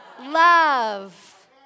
Love